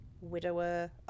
widower